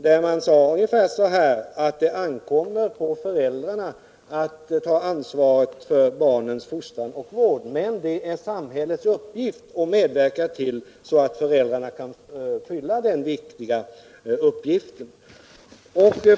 Det uttalades då att det ankommer på föräldrarna att ta ansvaret för barnets fostran och vård men att det är samhällets uppgift att medverka till att föräldrarna kan fullgöra den viktiga uppgiften.